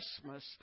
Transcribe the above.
Christmas